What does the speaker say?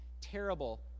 terrible